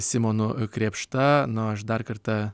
simonu krėpšta na o aš dar kartą